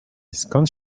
skąd